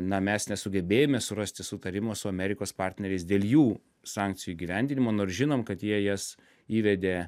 na mes nesugebėjome surasti sutarimo su amerikos partneriais dėl jų sankcijų įgyvendinimo nors žinom kad jie jas įvedė